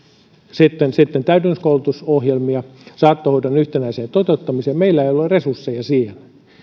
täydennyskoulutusohjelmia saattohoidon yhtenäiseen toteuttamiseen meillä ei ole resursseja siihen